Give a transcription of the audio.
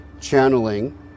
channeling